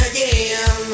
Again